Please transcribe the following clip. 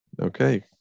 Okay